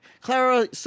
Clara